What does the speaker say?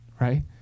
Right